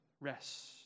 rest